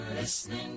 listening